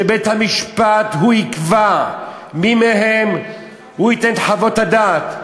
שבית-המשפט, הוא יקבע מי מהם ייתן את חוות הדעת.